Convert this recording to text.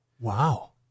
Wow